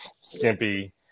skimpy